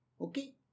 okay